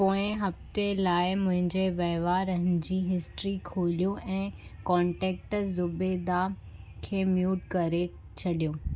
पोएं हफ़्ते लाइ मुंहिंजे वहिंवारनि जी हिस्ट्री खोलियो ऐं कोन्टेक्ट ज़ुबैदा खे म्यूट करे छॾियो